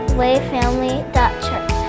wayfamily.church